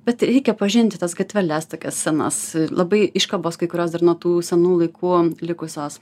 bet reikia pažinti tas gatveles tokias senas labai iškabos kai kurios dar nuo tų senų laikų likusios